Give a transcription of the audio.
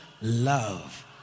Love